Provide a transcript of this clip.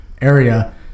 area